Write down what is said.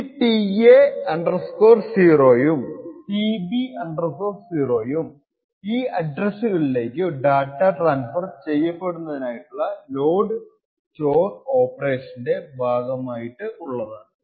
ഈ tA 0 ഉം tB 0 ഉം ഈ അഡ്രെസ്സുകളിലേക്കു ഡാറ്റാ ട്രാൻസ്ഫർ ചെയ്യപ്പെടുന്നതിനായിട്ടുള്ള ലോഡ് സ്റ്റോർ ഓപ്പറേഷന്റെ ഭാഗമായിട്ടുള്ളതാണ്